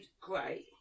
great